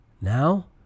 now